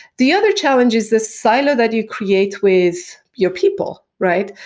the other challenge is this silo that you create with your people, right?